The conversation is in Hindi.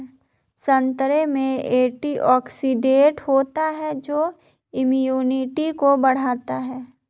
संतरे में एंटीऑक्सीडेंट होता है जो इम्यूनिटी को बढ़ाता है